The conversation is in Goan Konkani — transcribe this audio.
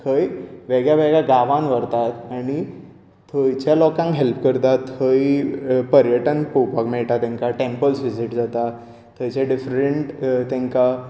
थंय वेगळ्या वेगळ्या गांवांत व्हरतात आनी थंयच्या लोकांक हेल्प करतात थंय पर्यटन पळोवपाक मेळटा तांकां टॅम्पल विजीट जातात थंयचे डिफरंट तांकां